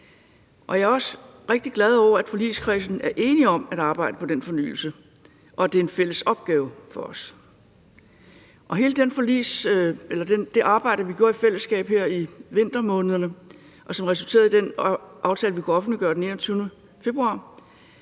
Jeg er også rigtig glad over, at forligskredsen er enige om at arbejde på den fornyelse, og at det er en fælles opgave for os. Og hele det arbejde, vi gjorde i fællesskab her i vintermånederne, og som resulterede i den aftale, vi kunne offentliggøre den 21. februar,